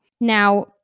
Now